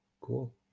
Cool